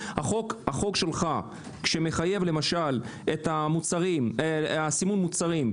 החוק שלך שמחייב למשל את הסימון של המוצרים,